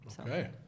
okay